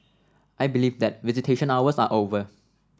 I believe that visitation hours are over